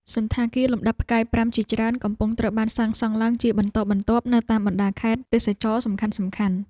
សណ្ឋាគារលំដាប់ផ្កាយប្រាំជាច្រើនកំពុងត្រូវបានសាងសង់ឡើងជាបន្តបន្ទាប់នៅតាមបណ្តាខេត្តទេសចរណ៍សំខាន់ៗ។